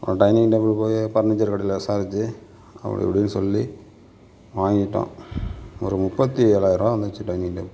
dining table போய் furniture கடையில் விசாரித்து அப்படி இப்படின்னு சொல்லி வாங்கிட்டோம் ஒரு முப்பத்தி ஏழாயிருபாய் வந்துச்சு டைனிங் டேபிள்